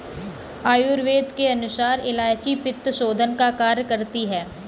आयुर्वेद के अनुसार इलायची पित्तशोधन का कार्य करती है